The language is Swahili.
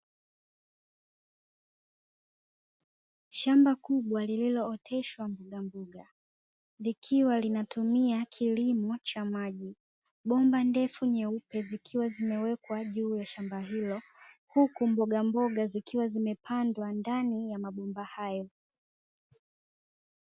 Shamba kubwa lililooteshwa mbogamboga, likiwa linatumia kilimo cha maji. Bomba ndefu nyeupe zikiwa zimewekwa juu ya shamba hilo, huku mbogamboga zikiwa zimepandwa ndani ya mabomba hayo.